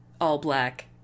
all-black